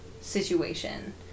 situation